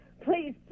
Please